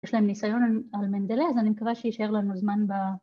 ‫יש להם ניסיון על Mendeley, ‫אז אני מקווה שישאר לנו זמן ב...